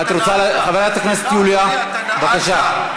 חברת הכנסת יוליה, בבקשה.